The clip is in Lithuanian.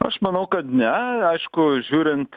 aš manau kad ne aišku žiūrint